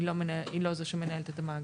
היא לא זאת שמנהלת את המאגר.